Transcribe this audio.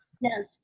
Yes